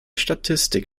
statistik